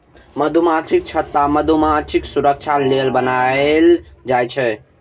मधुमाछीक छत्ता मधुमाछीक सुरक्षा लेल बनाएल जाइ छै